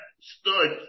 stood